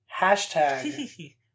hashtag